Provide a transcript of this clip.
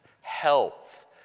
health